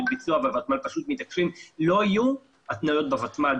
ביצוע והוותמ"ל פשוט מתעקשים שלא יהיו התניות בוותמ"ל.